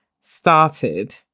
started